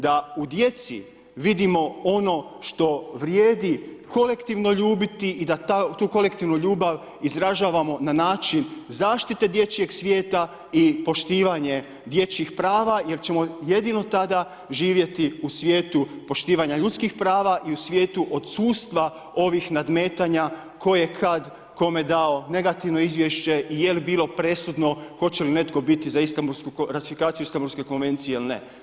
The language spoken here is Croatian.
Da u djeci, vidimo, ono što vrijedi, kolektivno ljubiti i da tu kolektivnu ljubav izražavamo na način, zaštite dječjeg svijeta i poštivanje dječjih prava, jer ćemo jedino tada živjeti u svijetu poštovanja ljudskih prava i u svijetu odsustva ovih nadmetanja koje kad kome dao negativno izvješće i jel bilo presudno, hoće li nekto biti za Istanbulsku, ratifikaciju Istanbulske konvencije ili ne.